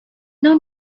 now